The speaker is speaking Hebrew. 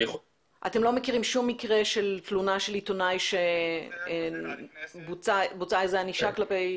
אתם לא מכירים שום מקרה של תלונה של עיתונאי שבוצעה איזו ענישה כלפי